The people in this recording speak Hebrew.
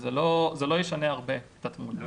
כך שזה לא ישנה הרבה את התמונה.